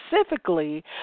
specifically